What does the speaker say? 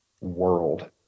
world